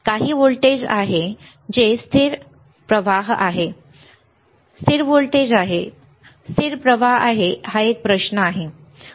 काही व्होल्टेज आहे तेथे स्थिर प्रवाह आहे तेथे काय आहे स्थिर व्होल्टेज आहे तेथे स्थिर प्रवाह आहे एक प्रश्न आहे बरोबर